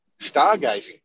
stargazing